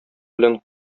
белән